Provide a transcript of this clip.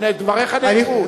דבריך נאמרו.